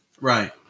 Right